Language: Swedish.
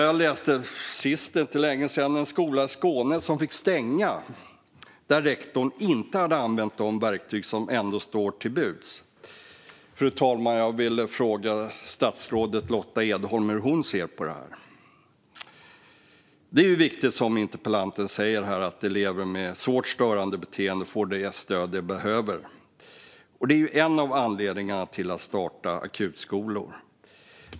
Jag läste för inte så länge sedan att en skola i Skåne fick stänga, och rektorn hade inte använt de verktyg som ändå står till buds. Hur ser statsrådet Lotta Edholm på detta? Precis som interpellanten säger är det viktigt att elever med svårt störande beteende får det stöd de behöver. Det är en av anledningarna till att starta akutskolor.